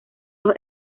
los